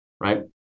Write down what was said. right